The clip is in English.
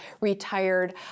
retired